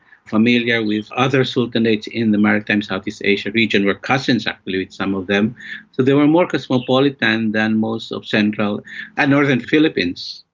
familiar with other sultanates in the maritime southeast asia region, were cousins actually some of them, so they were more cosmopolitan than most of central and northern philippines.